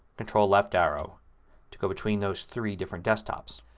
control left arrow to go between those three different desktops.